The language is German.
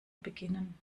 beginnen